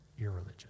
irreligion